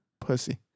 Pussy